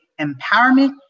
empowerment